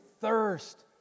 thirst